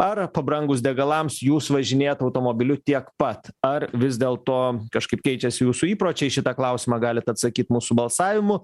ar pabrangus degalams jūs važinėjat automobiliu tiek pat ar vis dėlto kažkaip keičiasi jūsų įpročiaiį šitą klausimą galite atsakyt mūsų balsavimu